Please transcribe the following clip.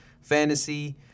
Fantasy